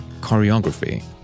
choreography